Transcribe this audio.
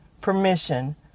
permission